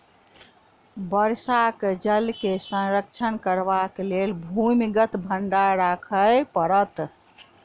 वर्षाक जल के संरक्षण करबाक लेल भूमिगत भंडार राखय पड़त